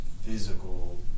physical